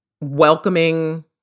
welcoming